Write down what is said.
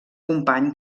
company